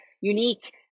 unique